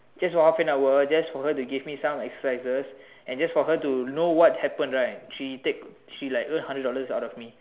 this is for half an hour just for her to give me some exercises and just for her to know what happened right she take she like got a hundred dollars out of me